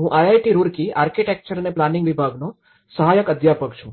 હું IIT Roorkee architecture અને planning વિભાગનો સહાયક અધ્યાપક છું